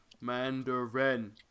mandarin